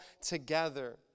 together